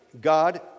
God